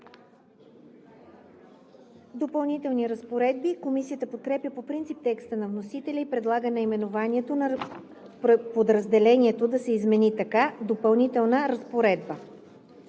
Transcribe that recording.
„Допълнителни разпоредби“. Комисията подкрепя по принцип текста на вносителя и предлага наименованието на подразделението да се измени така: „Допълнителна разпоредба“.